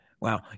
Wow